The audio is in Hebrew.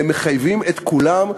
והם מחייבים את כולם,